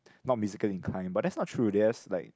not basically incline but that's not true theirs like